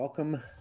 Welcome